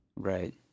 right